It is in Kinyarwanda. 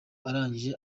arangije